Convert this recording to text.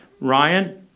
Ryan